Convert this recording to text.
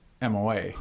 moa